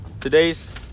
Today's